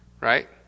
Right